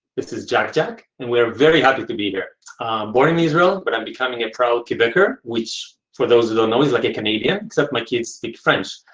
this is jack jack, and we are very happy to be here. i'm born in israel, but i'm becoming a proud quebecker, which for those who don't know is like a canadian, except my kids speak french.